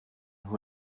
who